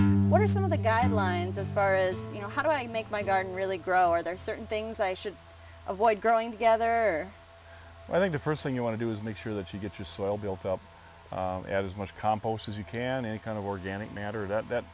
in the guidelines as far as you know how do i make my garden really grow are there certain things i should avoid growing together i think the first thing you want to do is make sure that you get your soil built up as much compost as you can any kind of organic matter that